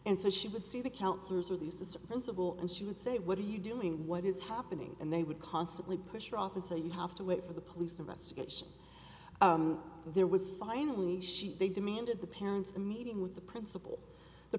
and so she would see the counselors or the use as a principal and she would say what are you doing what is happening and they would constantly push her off and say you have to wait for the police investigation there was finally she they demanded the parents a meeting with the principal the